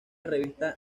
revista